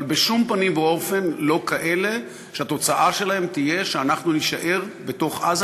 אבל בשום פנים ואופן לא כאלה שהתוצאה שלהן תהיה שאנחנו נישאר בתוך עזה,